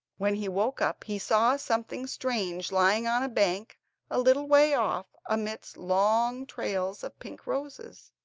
when he woke up he saw something strange lying on a bank a little way off, amidst long trails of pink roses.